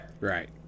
Right